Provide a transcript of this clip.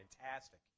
fantastic